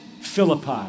Philippi